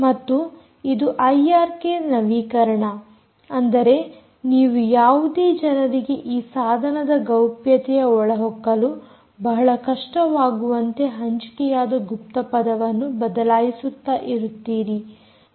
ಮತ್ತು ಇದು ಐಆರ್ಕೆ ನವೀಕರಣ ಅಂದರೆ ನೀವು ಯಾವುದೇ ಜನರಿಗೆ ಈ ಸಾಧನದ ಗೌಪ್ಯತೆಯ ಒಳಹೊಕ್ಕಲು ಬಹಳ ಕಷ್ಟವಾಗುವಂತೆ ಹಂಚಿಕೆಯಾದ ಗುಪ್ತ ಪದವನ್ನು ಬದಲಾಯಿಸುತ್ತಾ ಇರುತ್ತೀರಿ